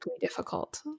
difficult